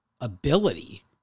ability